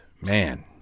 man